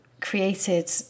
created